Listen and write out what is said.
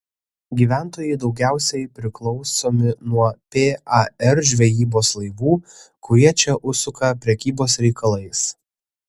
gyventojai daugiausiai priklausomi nuo par žvejybos laivų kurie čia užsuka prekybos reikalais